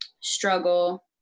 struggle